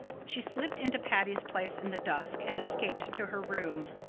she slipped into patty's place in the dusk and escaped to her room.